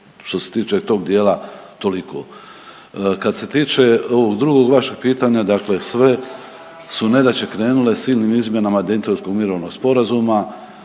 Što se tiče tog dijela toliko. Kad se tiče ovog drugog vašeg pitanja dakle sve su nedaće krenule silnim izmjenama Daytonskog mirovnog sporazuma